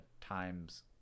times